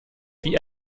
wie